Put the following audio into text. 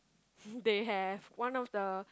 they have one of the